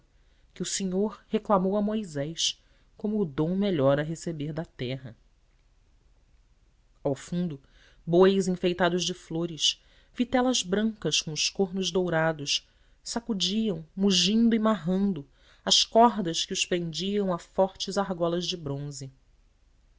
que o senhor reclamou a moisés como o dom melhor a receber da terra ao fundo bois enfeitados de flores vitelas brancas com os cornos dourados sacudiam mugindo e marrando as cordas que os prendiam a fortes argolas de bronze